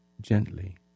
gently